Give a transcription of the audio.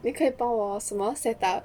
你可以帮我什么 set up